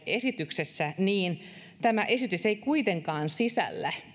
esityksessä lakivaliokunnalle oli tämä esitys ei kuitenkaan sisällä